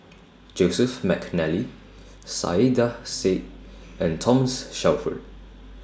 Joseph Mcnally Saiedah Said and Thomas Shelford